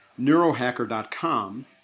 neurohacker.com